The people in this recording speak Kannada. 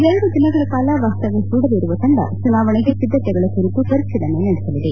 ಎರಡು ದಿನಗಳ ಕಾಲ ವಾಸ್ತವ್ಯ ಪೂಡಲಿರುವ ತಂಡ ಚುನಾವಣೆ ಸಿದ್ದತೆಗಳ ಕುರಿತು ಪರಿಶೀಲನೆ ನಡೆಸಲಿದೆ